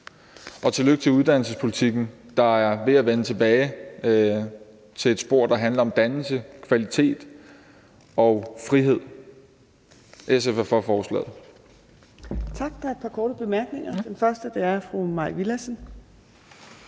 og tillykke til uddannelsespolitikken, der er ved at vende tilbage på et spor, der handler om dannelse, kvalitet og frihed. SF er for forslaget. Kl. 12:22 Fjerde næstformand (Trine Torp): Tak. Der er et par korte bemærkninger. Først er det fru Mai Villadsen.